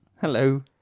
Hello